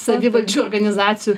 savivaldžių organizacijų